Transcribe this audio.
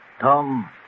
Tom